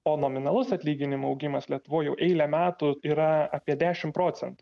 o nominalus atlyginimų augimas lietuvoj jau eilę metų yra apie dešim procentų